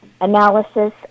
analysis